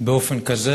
באופן כזה.